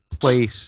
place